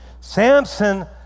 Samson